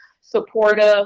supportive